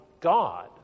God